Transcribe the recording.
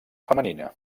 femenina